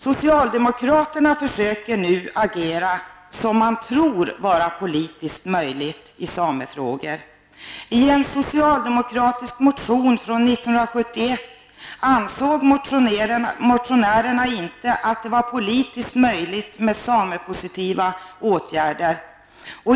Socialdemokraterna försöker nu agera på ett sätt som man tror är politiskt möjligt i samefrågor. I en socialdemokratisk motion från 1971 ansåg motionärerna inte att det var politiskt möjligt med samepositiva åtgärder.